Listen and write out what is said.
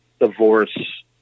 divorce